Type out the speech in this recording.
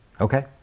Okay